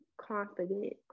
confident